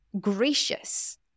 gracious